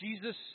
Jesus